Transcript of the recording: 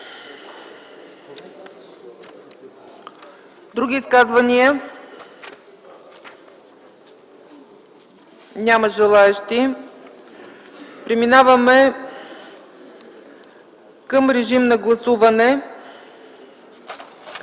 Други изказвания? Няма желаещи. Преминаваме към гласуване.